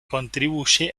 contribuye